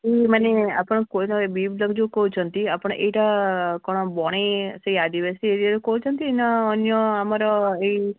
ଇ ମାନେ ଆପଣ କହୁଛନ୍ତି ଆପଣ ଏଇଟା କ'ଣ ବଣେଇ ସେଇ ଆଦିବାସୀ ଏରିଆରୁ କହୁଛନ୍ତି ନା ଅନ୍ୟ ଆମର ଏଇ